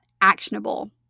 actionable